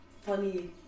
funny